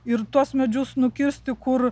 ir tuos medžius nukirsti kur